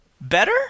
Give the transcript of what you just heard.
better